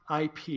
IP